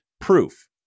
proof